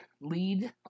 Lead